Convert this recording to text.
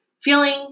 feeling